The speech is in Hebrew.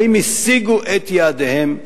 האם השיגו את יעדיהם?